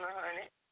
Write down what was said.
honey